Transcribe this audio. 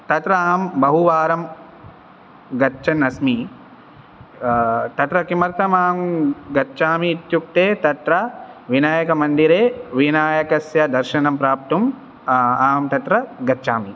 तत्र अहं बहुवारं गच्छन् अस्मि तत्र किमर्थमहं गच्छामि इत्युक्ते तत्र विनायकमन्दिरे विनायकस्य दर्शनम् प्राप्तुं अहं तत्र गच्छामि